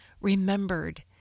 remembered